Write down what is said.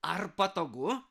ar patogu